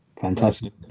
Fantastic